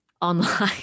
online